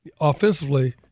offensively